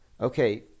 Okay